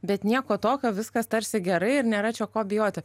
bet nieko tokio viskas tarsi gerai ir nėra čia ko bijoti